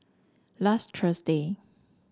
last Thursday